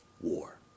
war